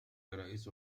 رئيس